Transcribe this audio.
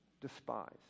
despised